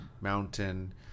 Mountain